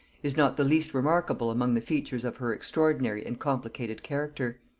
is not the least remarkable among the features of her extraordinary and complicated character.